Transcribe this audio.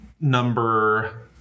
Number